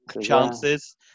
chances